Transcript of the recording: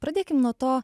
pradėkim nuo to